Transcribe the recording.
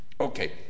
Okay